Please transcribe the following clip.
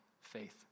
faith